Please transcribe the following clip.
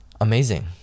amazing